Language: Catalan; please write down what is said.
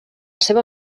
seva